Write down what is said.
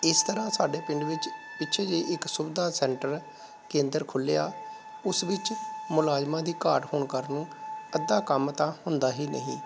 ਇਸ ਤਰ੍ਹਾਂ ਸਾਡੇ ਪਿੰਡ ਵਿੱਚ ਪਿੱਛੇ ਜਿਹੇ ਇੱਕ ਸੁਵਿਧਾ ਸੈਂਟਰ ਕੇਂਦਰ ਖੁੱਲ੍ਹਿਆ ਉਸ ਵਿੱਚ ਮੁਲਾਜ਼ਮਾਂ ਦੀ ਘਾਟ ਹੋਣ ਕਾਰਨ ਅੱਧਾ ਕੰਮ ਤਾਂ ਹੁੰਦਾ ਹੀ ਨਹੀਂ